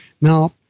Now